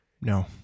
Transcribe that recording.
No